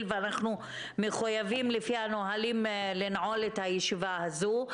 ואנחנו מחויבים לפי הנהלים לנעול את הישיבה הזאת.